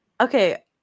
Okay